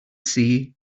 see